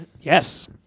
Yes